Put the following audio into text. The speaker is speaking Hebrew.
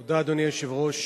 תודה, אדוני היושב-ראש.